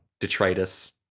detritus